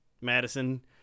Madison